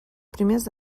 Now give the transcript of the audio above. primers